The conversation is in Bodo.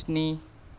स्नि